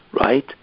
right